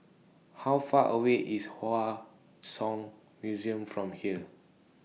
How Far away IS Hua Song Museum from here